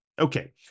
Okay